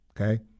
Okay